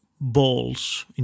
balls